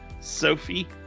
sophie